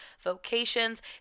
vocations